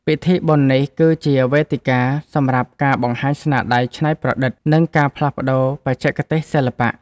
ពិធីបុណ្យនេះគឺជាវេទិកាសម្រាប់ការបង្ហាញស្នាដៃច្នៃប្រឌិត និងការផ្លាស់ប្តូរបច្ចេកទេសសិល្បៈ។